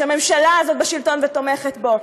שהממשלה הזאת בשלטון ותומכת בו.